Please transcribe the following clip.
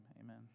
amen